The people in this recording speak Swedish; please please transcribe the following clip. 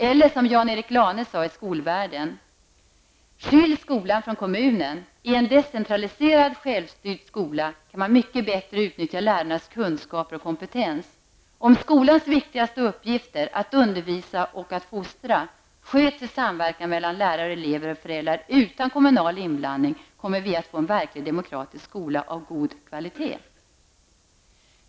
Eller som Jan-Erik Lane sade i Skolvärlden: Skilj skolan från kommunen! I en decentraliserad självstyrd skola kan man mycket bättre utnyttja lärarnas kunskaper och kompetens. Om skolans viktigaste uppgifter att undervisa och att fostra sköts i samverkan mellan lärare, elever och föräldrar utan kommunal inblandning kommer vi att få en verklig demokratisk skola av god kvalitet.